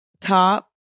top